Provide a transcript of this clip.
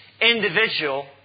individual